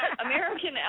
American